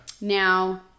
Now